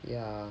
ya